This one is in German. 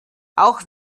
auch